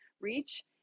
reach